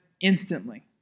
instantly